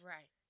Right